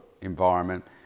environment